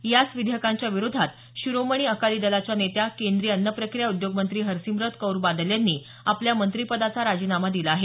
याच विधेयकांच्या विरोधात शिरोमणी अकाली दलाच्या नेत्या केंद्रीय अन्न प्रक्रिया उद्योग मंत्री हरसिमरत कौर बादल यांनी आपल्या मंत्रीपदाचा राजीनामा दिला आहे